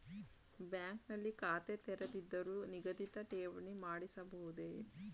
Bank ನಲ್ಲಿ ಖಾತೆ ತೆರೆಯದಿದ್ದರೂ ನಿಗದಿತ ಠೇವಣಿ ಮಾಡಿಸಬಹುದೇ?